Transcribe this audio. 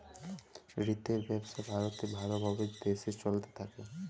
retail ব্যবসা ভারতে ভাল ভাবে দেশে চলতে থাক্যে